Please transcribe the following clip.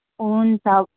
हुन्छ